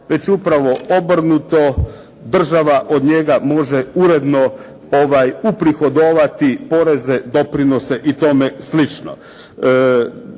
već upravo obrnuto, država može od njega uredno uprihodovati, poreze, doprinose i tome slično.